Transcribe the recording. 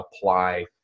apply